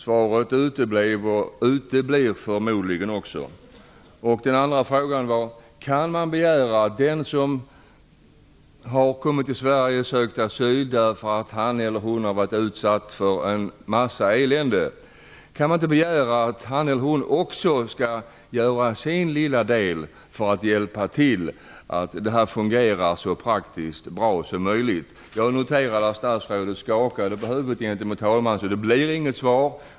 Svaret från statsrådet på den frågan uteblev och uteblir förmodligen också. Den andra frågan gällde om man kan begära att den som har kommit till Sverige och sökt asyl därför att han eller att hon har varit utsatt för en massa elände också skall göra sin lilla del för att det praktiskt skall fungera så bra som möjligt. Jag noterade att statsrådet skakade på huvudet mot talmannen. Så det blir inget svar.